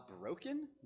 broken